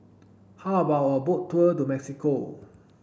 how about a boat tour to Mexico